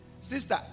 Sister